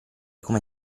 come